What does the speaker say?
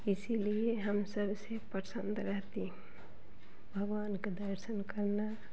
इसीलिए हम सबसे पसंद रहती हूँ भगवान का दर्शन करना